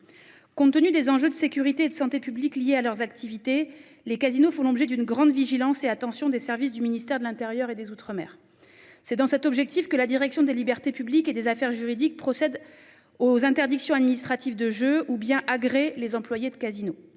Compte tenu des enjeux de sécurité et de santé publique liés à leurs activités les casinos font l'objet d'une grande vigilance et attention des services du ministère de l'Intérieur et des Outre-mer. C'est dans cet objectif que la direction des libertés publiques et des affaires juridiques procède aux interdictions administratives de jeu ou bien agrée les employés de casino.